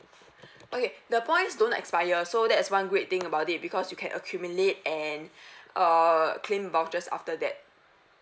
okay the points don't expire so that's one great thing about it because you can accumulate and err claim vouchers after that